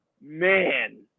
Man